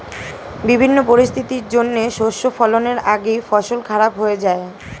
বিভিন্ন পরিস্থিতির জন্যে শস্য ফলনের আগেই ফসল খারাপ হয়ে যায়